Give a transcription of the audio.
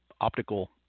optical